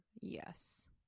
Yes